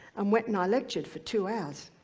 um went and i lectured for two hours.